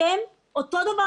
אתם אותו הדבר,